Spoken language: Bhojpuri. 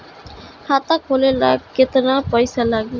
खाता खोले ला केतना पइसा लागी?